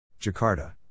Jakarta